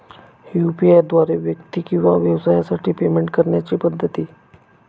UPI द्वारे व्यक्ती किंवा व्यवसायांसाठी पेमेंट करण्याच्या पद्धती